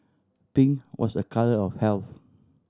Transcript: pink was a colour of health